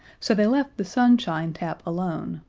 so they left the sunshine tap alone,